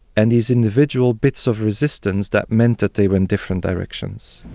and these individual bits of resistance that meant that they were in different directions.